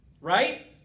right